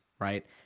right